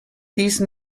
these